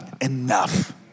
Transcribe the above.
enough